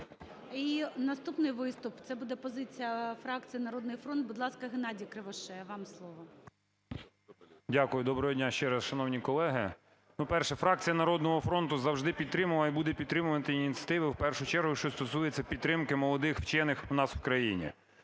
І наступний виступ – це буде позиція фракції "Народний фронт". Будь ласка, ГеннадійКривошея, вам слово. 13:37:18 КРИВОШЕЯ Г.Г. Дякую. Доброго дня ще раз, шановні колеги! Перше. Фракція "Народного фронту" завжди підтримувала і буде підтримувати ініціативу, в першу чергу що стосується підтримки молодих вчених у нас в країні.